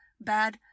bad